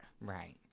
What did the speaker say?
Right